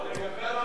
בדמוקרטיה,